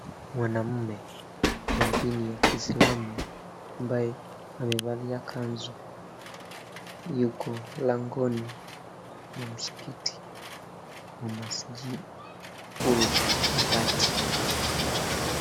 Mwanamme wa dini ya Kiislamu ambaye amevalia kanzu yuko langoni mwa msikiti wa Masji Ul Kairat.